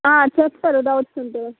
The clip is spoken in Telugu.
చేస్తారు డౌట్స్ ఉంటే